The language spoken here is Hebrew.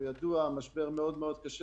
הוא ידוע מצב מאוד קשה.